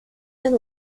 and